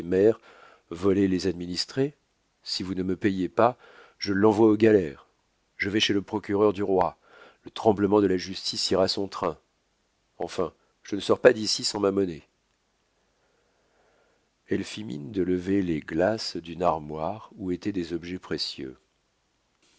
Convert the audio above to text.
voler les administrés si vous ne me payez pas je l'envoie aux galères je vais chez le procureur du roi le tremblement de la justice ira son train enfin je ne sors pas d'ici sans ma monnaie elle fit mine de lever les glaces d'une armoire où étaient des objets précieux